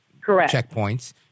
checkpoints